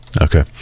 Okay